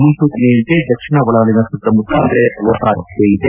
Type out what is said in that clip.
ಮುನ್ಲೂಚನೆಯಂತೆ ದಕ್ಷಿಣ ಒಳನಾಡಿನ ಸುತ್ತಮುತ್ತ ಮಳೆಯಾಗುವ ಸಾಧ್ವತೆ ಇದೆ